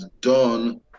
done